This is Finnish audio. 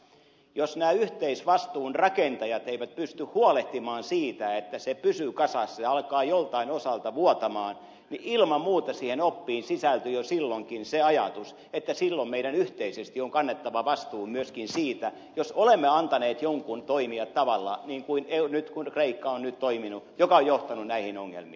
jos nämä yhteisvastuun rakentajat eivät pysty huolehtimaan siitä että se pysyy kasassa ja tämä alkaa joltain osalta vuotaa niin ilman muuta siihen oppiin sisältyi jo silloinkin se ajatus että silloin meidän yhteisesti on kannettava vastuu myöskin siitä jos olemme antaneet jonkun toimia sillä tavalla kuin kreikka on nyt toiminut mikä on johtanut näihin ongelmiin